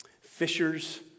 fishers